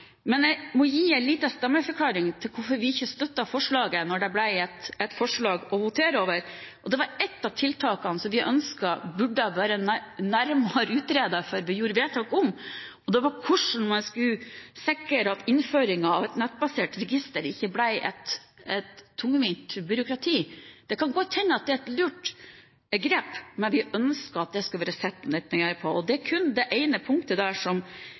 Men jeg må gi en liten stemmeforklaring til hvorfor vi ikke støtter forslaget, da det ble et forslag å votere over. Det var ett av tiltakene som vi mente burde ha vært nærmere utredet før vi fattet et vedtak, og det var hvordan man skulle sikre at innføringen av et nettbasert register ikke ble et tungvint byråkrati. Det kan godt hende det er et lurt grep, men vi ønsker at det hadde vært sett litt nøyere på det. Det er kun det ene punktet